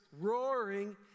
roaring